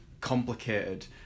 complicated